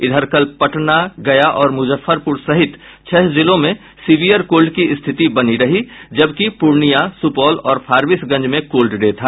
इधर कल पटना गया और मुजफ्फरपुर सहित छह जिलों में सीवियर कोल्ड की स्थिति बनी रही जबकि पूर्णिया सुपौल और फारबिसगंज में कोल्ड डे था